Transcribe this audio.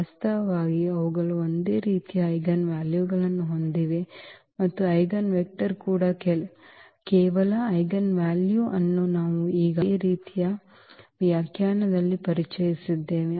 ವಾಸ್ತವವಾಗಿ ಅವುಗಳು ಒಂದೇ ರೀತಿಯ ಐಜೆನ್ವಾಲ್ಯುಗಳನ್ನು ಹೊಂದಿವೆ ಮತ್ತು ಐಜೆನ್ವೆಕ್ಟರ್ ಕೂಡ ಕೇವಲ ಐಜೆನ್ವೆಲ್ಯು ಅನ್ನು ನಾವು ಈಗಾಗಲೇ ಇದೇ ರೀತಿಯ t ವ್ಯಾಖ್ಯಾನದಲ್ಲಿ ಪರಿಚಯಿಸಿದ್ದೇವೆ